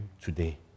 today